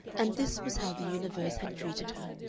and this was how the universe had treated her.